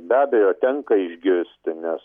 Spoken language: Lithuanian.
be abejo tenka išgirsti nes